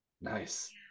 Nice